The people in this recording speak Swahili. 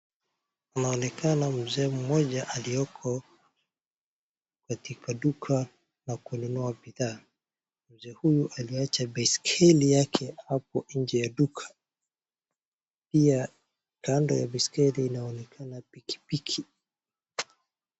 Kunaonekana mzee mmoja alioko katika duka na kununua bidhaa. Mzee huyu aliacha baiskeli yake hapo nje ya duka pia kando ya baiskeli inaonekana pikipiki.